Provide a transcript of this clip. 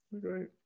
great